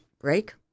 break